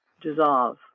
dissolve